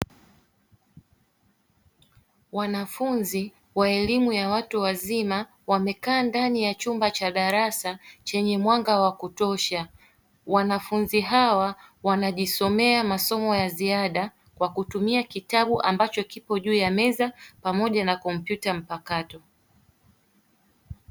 Wanafunzi wa elimu ya watu wazima wamekaa ndani ya chumba cha darasa chenye mwanga wa kutosha. Wanafunzi hawa wanajisomea masomo ya ziada kwa kutumia kitabu ambacho kipo juu ya meza pamoja na kompyuta mpakato.